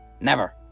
Never